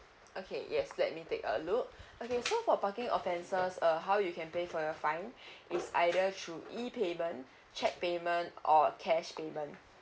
okay yes let me take a look okay so for parking offences uh how you can pay for your fine it's either through e payment checque payment or cash payment